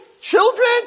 Children